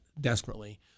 desperately